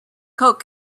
coke